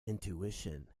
intuition